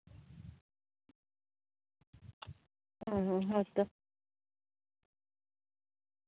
ᱦᱮᱸ ᱦᱮᱸ ᱦᱳᱭᱛᱚ